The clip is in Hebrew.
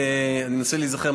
אני מנסה להיזכר,